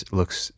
looks